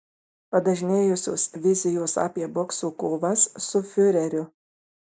padažnėjusios vizijos apie bokso kovas su fiureriu